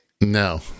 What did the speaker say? No